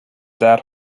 dead